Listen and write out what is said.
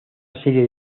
serie